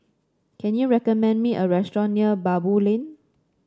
can you recommend me a restaurant near Baboo Lane